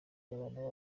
y’abana